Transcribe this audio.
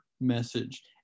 message